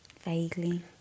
Vaguely